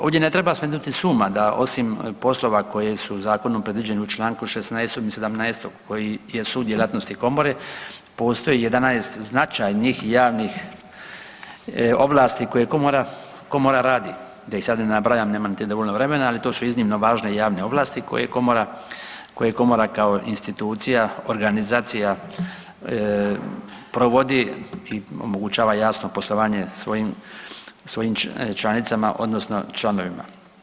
Ovdje ne treba smetnuti s uma da osim poslova koje su Zakonom predviđene u čl. 16 i 17 koji jesu djelatnosti Komore, postoji 11 značajnih javnih ovlasti koje Komora radi, da ih sad ne nabrajam, nemam niti dovoljno vremena, ali to su iznimno važne javne ovlasti koje Komora kao institucija, organizacija provodi i omogućava, jasno, poslovanje svojim članicama odnosno članovima.